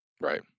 Right